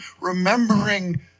remembering